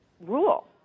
rule